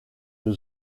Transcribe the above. une